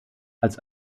als